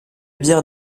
bière